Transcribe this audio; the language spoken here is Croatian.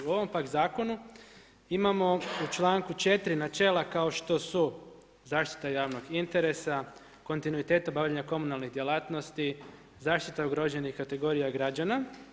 U ovom, pak zakonu, imamo u čl.4. načela kao što su zaštita javnog interesa, kontinuitet obavljanja komunalnih djelatnosti, zaštita ugroženih kategorija građana.